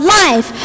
life